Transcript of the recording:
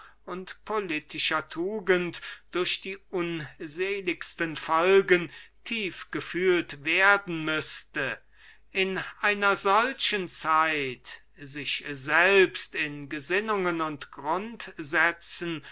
und politischer tugend durch die unseligsten folgen tief gefühlt werden müßte in einer solchen zeit sich selbst in gesinnungen und grundsätzen